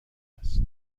است